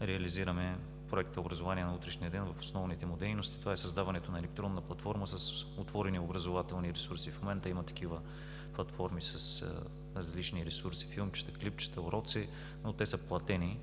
реализираме Проекта „Образование на утрешния ден“ в основните му дейности. Това е създаването на електронна платформа с отворени образователни ресурси. В момента има такива платформи с различни ресурси: филмчета, клипчета, уроци, но те са платени.